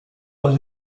dans